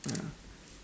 ah